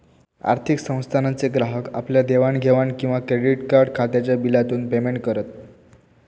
आर्थिक संस्थानांचे ग्राहक आपल्या घेवाण देवाण किंवा क्रेडीट कार्ड खात्याच्या बिलातून पेमेंट करत